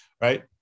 right